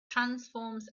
transforms